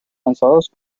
lanzados